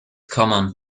common